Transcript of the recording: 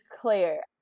Claire